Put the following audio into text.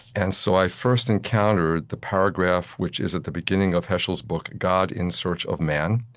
and so i first encountered the paragraph which is at the beginning of heschel's book, god in search of man,